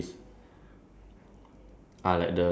he's standing with his arm crossed